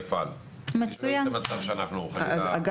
ייצא מצב שאנחנו חלילה --- מצוין.